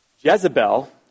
Jezebel